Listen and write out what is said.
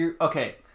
Okay